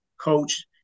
coach